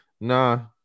Nah